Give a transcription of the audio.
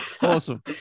awesome